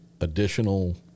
additional